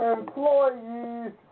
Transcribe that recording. Employees